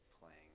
playing